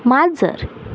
माजर